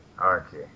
Okay